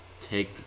take